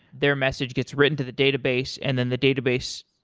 their message gets written to the database and then the database,